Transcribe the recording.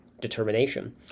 determination